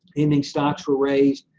ending stocks were raised